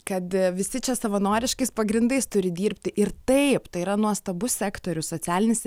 kad visi čia savanoriškais pagrindais turi dirbti ir taip tai yra nuostabus sektorius socialinis